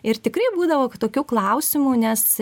ir tikrai būdavo tokių klausimų nes